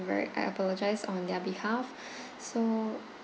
very I apologised on their behalf so